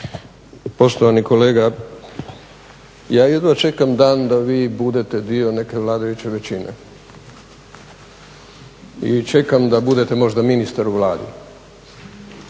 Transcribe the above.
Poštovani kolega, ja jedva čekam dan da vi budete dio neke vladajuće većine i čekam da budete možda ministar u Vladi